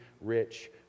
rich